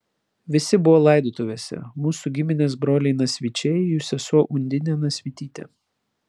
visi buvo laidotuvėse mūsų giminės broliai nasvyčiai jų sesuo undinė nasvytytė